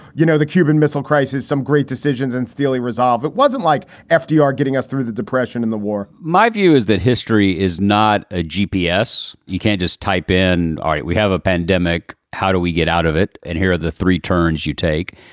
you know, the cuban missile crisis, some great decisions and steely resolve. it wasn't like fdr getting us through the depression and the war my view is that history is not a g p s. you can't just type in. all right. we have a pandemic. how do we get out of it? and here are the three turns you take.